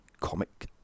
comic